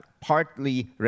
partly